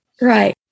Right